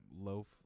loaf